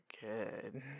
good